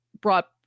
brought